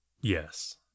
yes